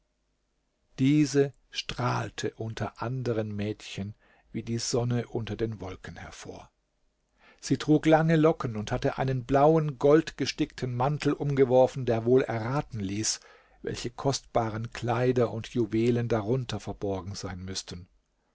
diese strahlte unter anderen mädchen wie die sonne unter den wolken hervor sie trug lange locken und hatte einen blauen goldgestickten mantel umgeworfen der wohl erraten ließ welche kostbaren kleider und juwelen darunter verborgen sein müßten